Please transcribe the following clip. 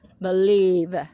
believe